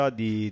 di